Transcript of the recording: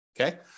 Okay